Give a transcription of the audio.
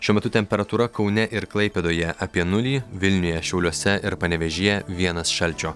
šiuo metu temperatūra kaune ir klaipėdoje apie nulį vilniuje šiauliuose ir panevėžyje vienas šalčio